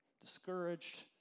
discouraged